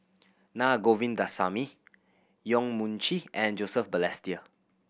Na Govindasamy Yong Mun Chee and Joseph Balestier